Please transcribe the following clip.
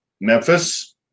Memphis